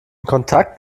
kontakt